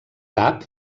cap